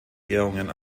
ehrungen